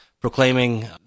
proclaiming